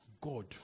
God